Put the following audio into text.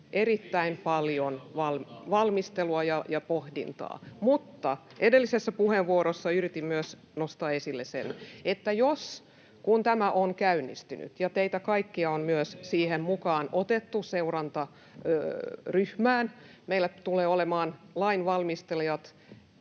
Junnilan välihuuto] mutta edellisessä puheenvuorossa yritin myös nostaa esille sen, että kun tämä on käynnistynyt ja teitä kaikkia on myös siihen seurantaryhmään mukaan otettu, niin meillä tulee olemaan lainvalmistelijat,